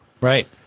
right